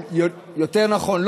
או יותר נכון,